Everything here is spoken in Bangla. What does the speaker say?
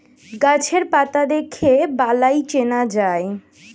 গাছের পাতা দেখে বালাই চেনা যায়